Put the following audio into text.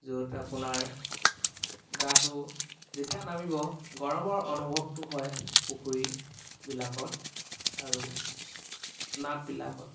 য'ত আপোনাৰ গাটো যেতিয়া নামিব গৰমৰ অনুভৱটো হয় পুখুৰীবিলাকত আৰু নাদবিলাকত